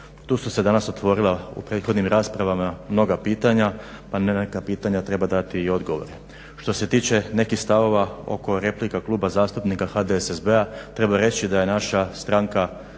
Tu su se danas otvorila u prethodnim raspravama mnoga pitanja, a na neka pitanja treba dati i odgovore. Što se tiče nekih stavova oko replika Kluba zastupnika HDSSB-a treba reći da je naša stranka